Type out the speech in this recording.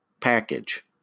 Package